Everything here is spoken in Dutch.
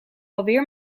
alweer